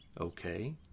Okay